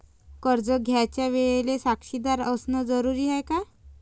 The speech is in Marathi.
कर्ज घ्यायच्या वेळेले साक्षीदार असनं जरुरीच हाय का?